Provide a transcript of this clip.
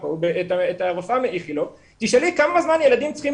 הרופאה מאיכילוב כמה זמן ילדים צריכים